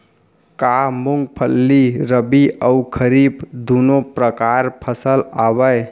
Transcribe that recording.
का मूंगफली रबि अऊ खरीफ दूनो परकार फसल आवय?